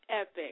Epic